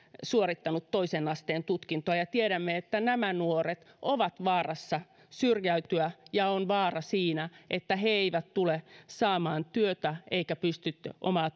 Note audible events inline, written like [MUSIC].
suorittanut toisen asteen tutkintoa kahteenkymmeneenviiteen ikävuoteen mennessä ja tiedämme että nämä nuoret ovat vaarassa syrjäytyä ja on vaara siitä että he eivät tule saamaan työtä eivätkä pysty omaa [UNINTELLIGIBLE]